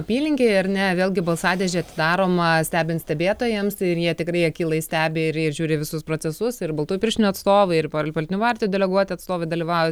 apylinkėje ar ne vėlgi balsadėžė atidaroma stebint stebėtojams ir jie tikrai akylai stebi ir ir žiūri visus procesus ir baltųjų pirštinių atstovai ir politinių partijų deleguoti atstovai dalyvauja